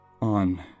on